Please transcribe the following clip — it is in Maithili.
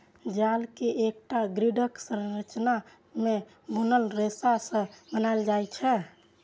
जाल कें एकटा ग्रिडक संरचना मे बुनल रेशा सं बनाएल जाइ छै